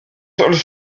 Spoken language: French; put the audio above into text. sols